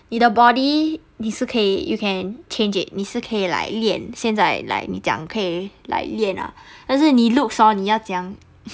你的 body 你是可以 you can change it 你是可以 like 练现在 like 你讲可以 like 练啊可是你 orh 你要怎样